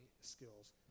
skills